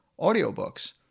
audiobooks